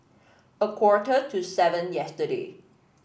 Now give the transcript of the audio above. a quarter to seven yesterday